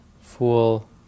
fool